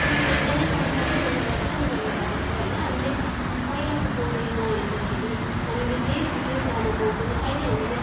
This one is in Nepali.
एकदमै संसारै परिवर्तन भएर गएको छ होइन हामीले पहिलाको समयमा हेर्दाखेरि हामीले देश विदेश जान पाउने थिएनौँ अहिले हामीले